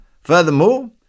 Furthermore